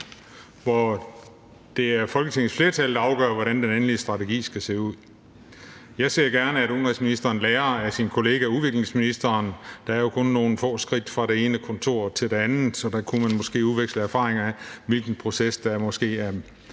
Det er Folketingets flertal, der afgør, hvordan den endelige strategi skal se ud. Jeg ser gerne, at udenrigsministeren lærer af sin kollega, udviklingsministeren. Der er jo kun nogle få skridt fra det ene kontor til det andet, så der kunne man måske udveksle erfaringer om, hvilken proces der måske er